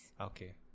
Okay